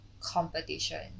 competition